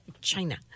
China